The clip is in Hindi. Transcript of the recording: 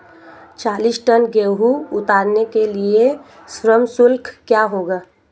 चालीस टन गेहूँ उतारने के लिए श्रम शुल्क क्या होगा?